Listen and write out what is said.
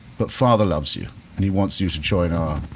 but father loves you and he wants you to join our